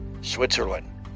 Switzerland